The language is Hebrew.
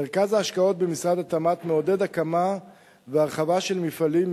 מרכז ההשקעות במשרד התמ"ת מעודד הקמה והרחבה של מפעלים,